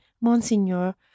Monseigneur